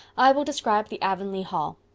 i will describe the avonlea hall.